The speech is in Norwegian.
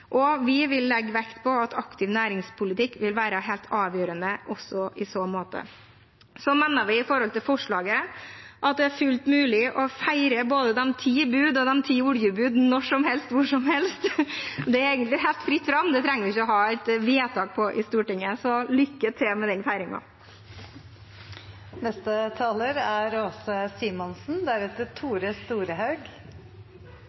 Vi vil legge vekt på at aktiv næringspolitikk vil være helt avgjørende, også i så måte. Når det gjelder forslaget, mener vi det er fullt mulig å feire både de ti bud og de ti oljebud – når som helst, hvor som helst. Det er egentlig helt fritt fram; det trenger vi ikke å ha et vedtak på i Stortinget. Så lykke til med